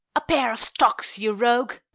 a pair of stocks, you rogue!